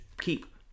keep